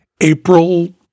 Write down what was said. April